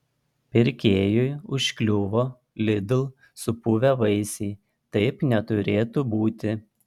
pirkėjui užkliuvo lidl supuvę vaisiai taip neturėtų būti